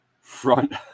Front